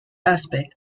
aspect